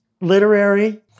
literary